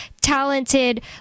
talented